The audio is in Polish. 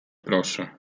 proszę